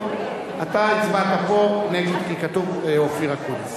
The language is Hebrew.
בצירוף קולו של